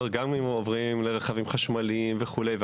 גם אם עוברים לרכבים חשמליים וכולי.